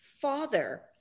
father